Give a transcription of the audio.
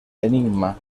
enigma